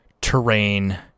terrain